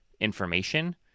information